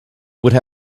would